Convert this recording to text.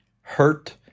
hurt